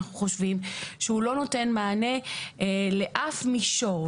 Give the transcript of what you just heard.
אנחנו חושבים שהוא לא נותן מענה לאף מישור,